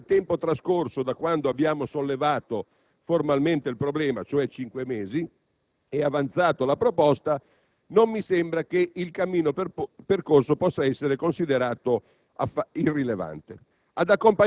Dato il tempo trascorso da quando abbiamo sollevato formalmente il problema - cioè cinque mesi - e avanzato la proposta, non mi sembra che il cammino percorso possa essere considerato irrilevante.